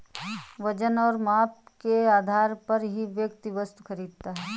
वजन और माप के आधार पर ही व्यक्ति वस्तु खरीदता है